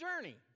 journey